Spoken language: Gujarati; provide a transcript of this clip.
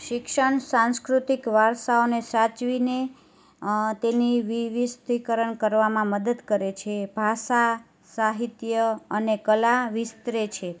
શિક્ષણ સાસંકૃતિક વારસાને સાચવીને તેના વૈવિધ્યકરણ કરવામાં મદદ કરે છે ભાષા સાહિત્ય અને કલા વિસ્તરે છે